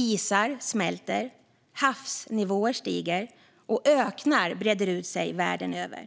Isar smälter, havsnivåer stiger och öknar breder ut sig världen över.